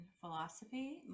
philosophy